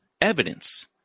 evidence